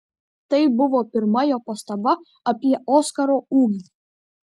tai buvo pirma jo pastaba apie oskaro ūgį